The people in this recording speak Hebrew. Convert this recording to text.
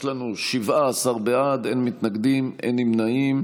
אין מתנגדים, אין נמנעים.